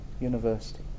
University